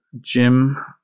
Jim